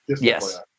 Yes